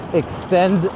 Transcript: extend